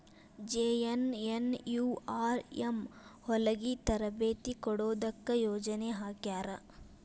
JNNURM ಹೊಲಗಿ ತರಬೇತಿ ಕೊಡೊದಕ್ಕ ಯೊಜನೆ ಹಾಕ್ಯಾರ